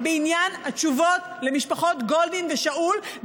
בעניין התשובות למשפחות גולדין ושאול,